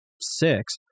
six